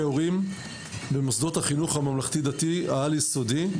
הורים במוסדות החינוך הממלכתי-דתי העל יסודי,